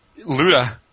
Luda